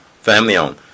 family-owned